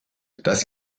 das